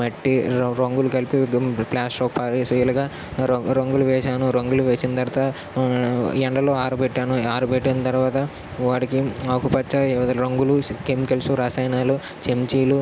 మట్టి రంగులు కలిపి ప్లాస్టర్ ఆఫ్ ప్యారిస్ ఇలాగా రంగు రంగులు వేశాను రంగులు వేసిన తర్వాత ఎండలో ఆరబెట్టాను ఆరబెట్టిన తర్వాత వాటికి ఆకుపచ్చ వివిధ రంగులు కెమికల్స్ రసాయనాలు చంకీలు